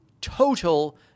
total